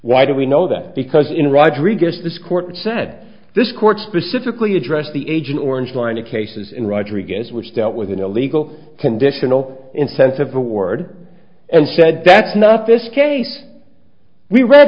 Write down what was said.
why do we know that because in rodrigues this court said this court specifically addressed the agent orange line to cases in rodriguez which dealt with an illegal conditional incentive award and said that's not this case we r